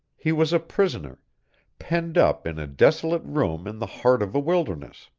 he was a prisoner penned up in a desolate room in the heart of a wilderness.